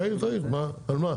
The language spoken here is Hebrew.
תעיר תעיר, על מה?